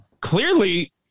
clearly